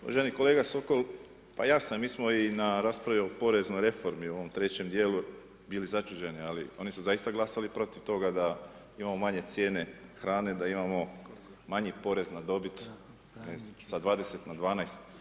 Uvaženi kolege Sokol, pa ja sam, mi smo i u raspravi o poreznoj reformi u ovom trećem dijelu bili začuđeni, ali oni su zaista glasali protiv toga da imamo manje cijene hrane, da imamo manji porez na dobit ne znam, sa 20 na 12.